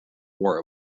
war